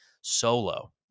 solo